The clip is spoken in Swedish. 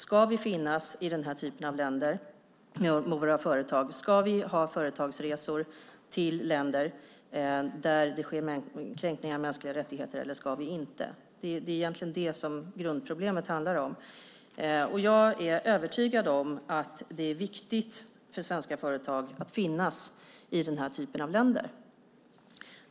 Ska vi finnas i den här typen av länder med våra företag? Ska vi ha företagsresor till länder där det sker kränkningar av mänskliga rättigheter eller inte? Det är egentligen det som grundproblemet handlar om. Jag är övertygad om att det är viktigt för svenska företag att finnas i den här typen av länder.